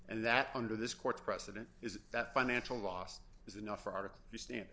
and that under this court's precedent is that financial loss is enough or article you stand